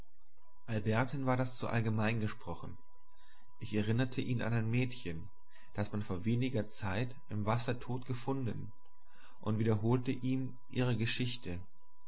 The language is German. war das zu allgemein gesprochen ich erinnerte ihn an ein mädchen das man vor weniger zeit im wasser tot gefunden und wiederholte ihm ihre geschichte